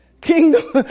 Kingdom